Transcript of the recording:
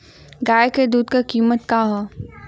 गाय क दूध क कीमत का हैं?